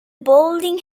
bolling